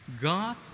God